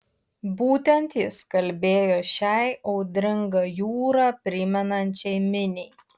būtent jis kalbėjo šiai audringą jūrą primenančiai miniai